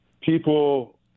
people